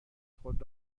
خود